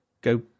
go